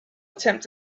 attempt